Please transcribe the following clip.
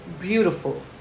beautiful